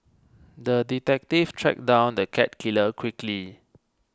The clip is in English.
the detective tracked down the cat killer quickly